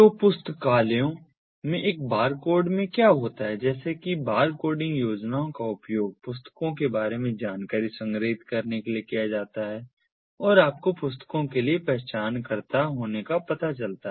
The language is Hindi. तो पुस्तकालयों में एक बारकोड में क्या होता है जैसे कि बार कोडिंग योजनाओं का उपयोग पुस्तकों के बारे में जानकारी संग्रहीत करने के लिए किया जाता है और आपको पुस्तकों के लिए पहचानकर्ता होने का पता चलता है